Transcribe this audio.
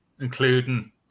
including